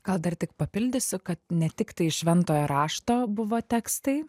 gal dar tik papildysiu kad ne tiktai šventojo rašto buvo tekstai